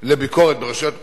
לביקורת ברשויות מקומיות,